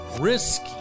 Risk